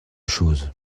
chose